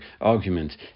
argument